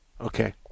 Okay